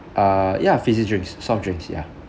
uh ya fizzy drinks soft drinks ya